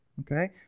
okay